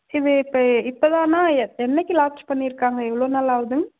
சரி இப்போ இப்போதான்னா என் என்னைக்கு லான்ச் பண்ணியிருக்காங்க எவ்வளோ நாள் ஆகுது